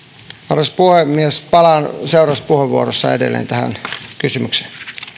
arvoisa puhemies palaan seuraavassa puheenvuorossa edelleen tähän kysymykseen